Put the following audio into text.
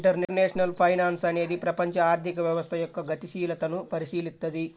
international finance అనేది ప్రపంచ ఆర్థిక వ్యవస్థ యొక్క గతిశీలతను పరిశీలిత్తది